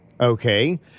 Okay